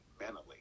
mentally